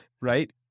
right